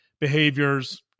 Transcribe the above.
behaviors